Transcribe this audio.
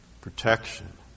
protection